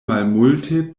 malmulte